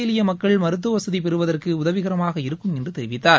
எளிய மக்கள் மருத்துவவசதி பெறுவதற்கு உதவிகரமாக இருக்கும் என்று தெரிவித்தார்